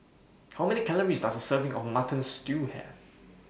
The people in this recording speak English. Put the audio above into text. How Many Calories Does A Serving of Mutton Stew Have